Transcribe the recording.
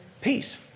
peace